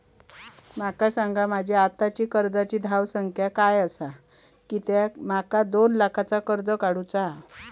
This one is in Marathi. माका सांगा माझी आत्ताची कर्जाची धावसंख्या काय हा कित्या माका दोन लाखाचा कर्ज काढू चा हा?